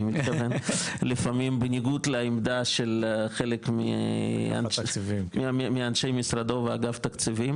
לפעמים בניגוד לעמדה של חלק מאנשי משרדו ואגף תקציבים